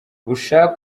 ushake